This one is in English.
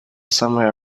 somewhere